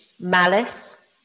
malice